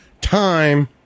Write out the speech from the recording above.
time